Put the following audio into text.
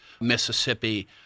Mississippi